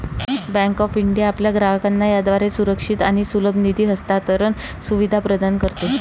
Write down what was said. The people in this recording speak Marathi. बँक ऑफ इंडिया आपल्या ग्राहकांना याद्वारे सुरक्षित आणि सुलभ निधी हस्तांतरण सुविधा प्रदान करते